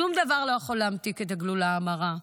שום דבר לא יכול להמתיק את הגלולה המרה.